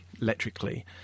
electrically